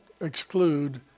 exclude